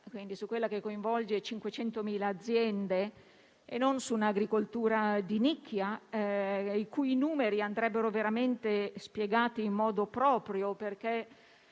tutta, che coinvolge 500.000 aziende, e non su un'agricoltura di nicchia, i cui numeri andrebbero veramente spiegati in modo proprio, perché